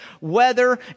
weather